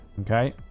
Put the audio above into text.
okay